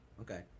Okay